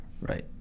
right